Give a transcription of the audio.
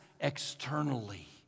externally